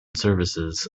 services